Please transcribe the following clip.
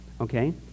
Okay